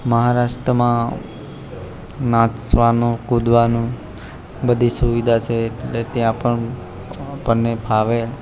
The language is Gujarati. મહારાષ્ટ્રમાં નાસવાનો કુદવાનો બધી સુવિધા છે ત્યાં પણ આપણને ફાવે